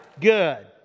Good